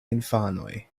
infanoj